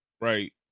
Right